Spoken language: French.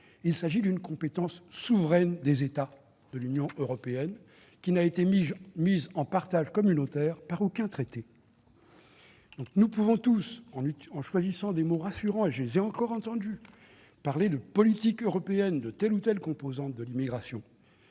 il s'agit d'une compétence souveraine des États de l'Union européenne qui n'a été mise en partage communautaire par aucun traité. Absolument ! Nous pouvons tous, en choisissant des mots rassurants- je les ai encore entendus -, parler de « politique européenne » de telle ou telle composante de l'immigration.